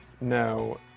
No